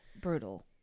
Brutal